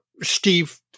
Steve